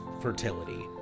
fertility